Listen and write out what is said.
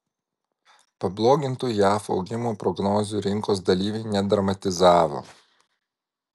pablogintų jav augimo prognozių rinkos dalyviai nedramatizavo